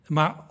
Maar